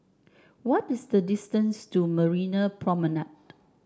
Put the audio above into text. what is the distance to Marina Promenade